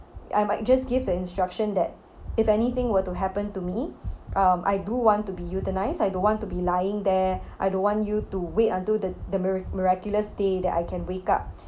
I might just give the instruction that if anything were to happen to me um I do want to be euthanized I don't want to be lying there I don't want you to wait until the the mira~ miraculous day that I can wake up